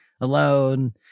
alone